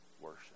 worship